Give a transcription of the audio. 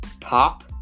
Pop